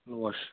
loss